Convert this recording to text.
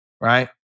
Right